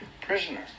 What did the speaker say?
prisoner